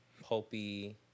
pulpy